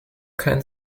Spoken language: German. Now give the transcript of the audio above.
kein